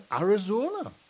Arizona